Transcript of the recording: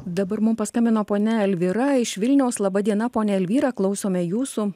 dabar mum paskambino ponia elvyra iš vilniaus laba diena ponia elvyra klausome jūsų